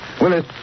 Willis